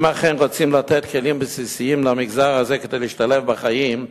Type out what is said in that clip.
אם אכן רוצים לתת כלים בסיסיים למגזר הזה כדי להשתלב בחיים,